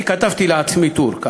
אני כתבתי לעצמי טור.